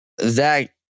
Zach